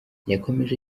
yakomeje